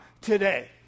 today